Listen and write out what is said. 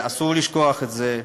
ואסור לשכוח את זה.